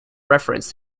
reference